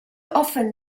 often